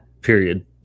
Period